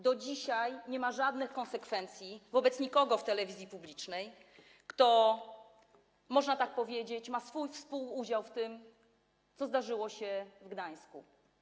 Do dzisiaj nie wyciągnięto żadnych konsekwencji wobec nikogo w telewizji publicznej kto, można tak powiedzieć, miał swój współudział w tym, co zdarzyło się w Gdańsku.